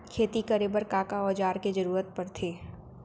खेती करे बर का का औज़ार के जरूरत पढ़थे?